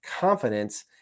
confidence